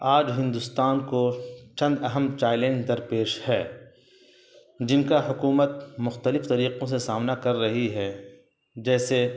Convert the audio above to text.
آج ہندوستان کو چند اہم چیلنج درپیش ہے جن کا حکومت مختلف طریقوں سے سامنا کر رہی ہے جیسے